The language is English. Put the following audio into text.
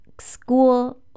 school